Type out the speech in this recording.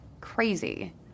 crazy